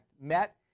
met